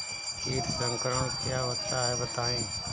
कीट संक्रमण क्या होता है बताएँ?